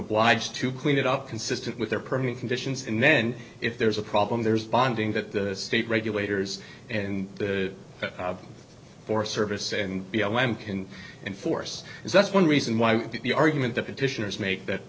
obliged to clean it up consistent with their permit conditions and then if there's a problem there's bonding that the state regulators and the forest service and b l m can enforce and that's one reason why the argument that petitioners make that